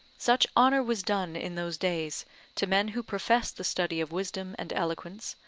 such honour was done in those days to men who professed the study of wisdom and eloquence,